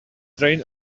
train